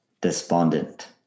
despondent